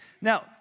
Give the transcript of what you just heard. Now